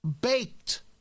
baked